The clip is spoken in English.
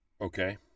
Okay